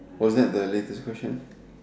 was that the latest question